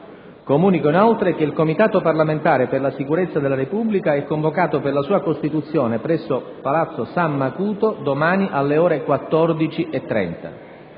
Comunico inoltre che il Comitato parlamentare per la sicurezza della Repubblica è convocato per la sua costituzione, presso palazzo San Macuto, domani alle ore 14,30.